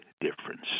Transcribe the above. difference